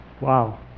Wow